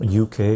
UK